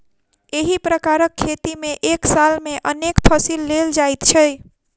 एहि प्रकारक खेती मे एक साल मे अनेक फसिल लेल जाइत छै